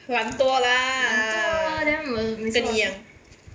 懒惰啦跟我一样